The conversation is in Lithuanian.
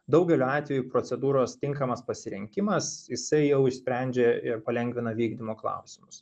daugeliu atvejų procedūros tinkamas pasirinkimas jisai jau išsprendžia ir palengvina vykdymo klausimus